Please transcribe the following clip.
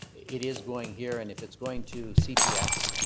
it is going here and if it's going to cps,